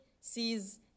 sees